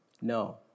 No